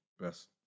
Best